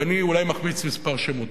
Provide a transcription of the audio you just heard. ואני אולי מחמיץ כמה שמות.